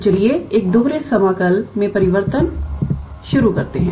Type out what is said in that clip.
तो चलिए एक दोहरे समाकल में परिवर्तन शुरू करते हैं